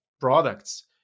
products